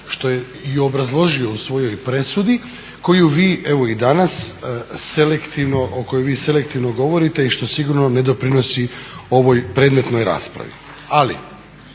Što je i obrazložio u svojoj presudi koju vi evo i danas selektivno, o kojoj vi selektivno govorite i što sigurno ne doprinosi ovoj predmetnoj raspravi. Ali